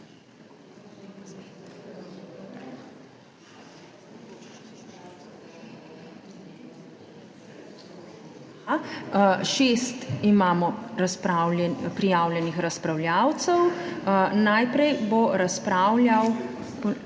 Šest imamo prijavljenih razpravljavcev. Najprej bo razpravljal